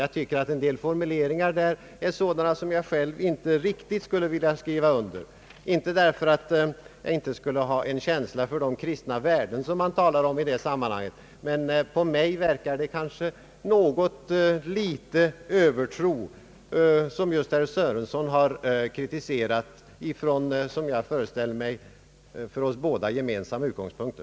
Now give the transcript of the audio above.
Jag tycker att en del formuleringar i den är sådana som jag inte riktigt skulle vilja skriva under, inte därför att jag inte skulle ha en känsla för de kristna värden man talar om i dessa sammanhang, utan därför att det på mig verkar såsom något litet av övertro — en Öövertro som herr Sörenson har kritiserat ifrån, föreställer jag mig, för oss båda gemensamma utgångspunkter.